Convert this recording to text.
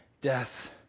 death